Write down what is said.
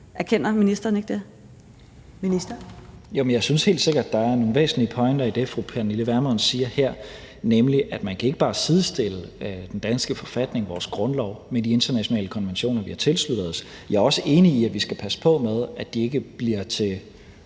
(Mattias Tesfaye): Jamen jeg synes helt sikkert, der er nogle væsentlige pointer i det, fru Pernille Vermund siger her, nemlig at man ikke bare kan sidestille den danske forfatning, vores grundlov, med de internationale konventioner, vi har tilsluttet os. Jeg er også enig i, at vi skal passe på med, at de ikke bliver til